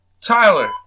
Tyler